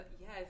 yes